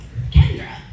Kendra